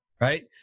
Right